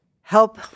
help